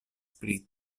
pri